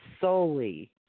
solely